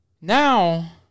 now